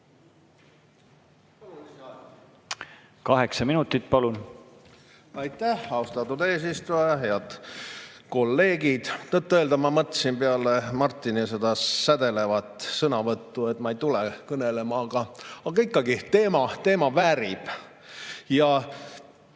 minutit, palun! Aitäh, austatud eesistuja! Head kolleegid! Tõtt-öelda ma mõtlesin peale Martini sädelevat sõnavõttu, et ma ei tule kõnelema, aga ikkagi, teema väärib. Mida